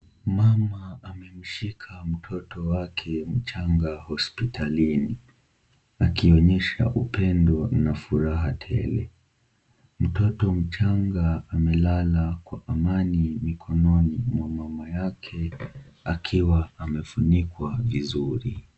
Mama amemshika mtoto wake mchanga hospitalini akionyesha upendo na furaha tele, mtoto mchanga amelala kwa amani mikononi mwa mama yake akiwa amefunikwa vizuri.